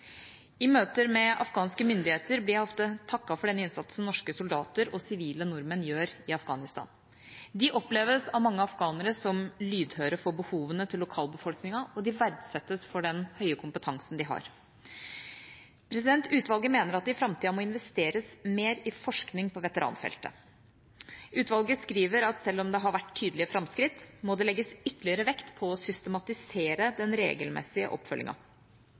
I møter med afghanske myndigheter blir jeg ofte takket for den innsatsen norske soldater og sivile nordmenn gjør i Afghanistan. De oppleves av mange afghanere som lydhøre for behovene til lokalbefolkningen, og de verdsettes for den høye kompetansen de har. Utvalget mener at det i framtida må investeres mer i forskning på veteranfeltet. Utvalget skriver at selv om det har vært tydelige framskritt, må det legges ytterligere vekt på å systematisere den regelmessige